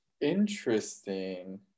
interesting